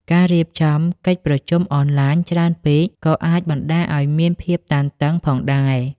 ការរៀបចំកិច្ចប្រជុំអនឡាញច្រើនពេកក៏អាចបណ្តាលឱ្យមានភាពតានតឹងផងដែរ។